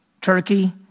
Turkey